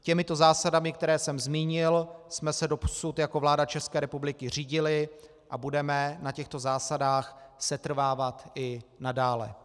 Těmito zásadami, které jsem zmínil, jsme se dosud jako vláda České republiky řídili a budeme na těchto zásadách setrvávat i nadále.